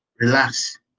Relax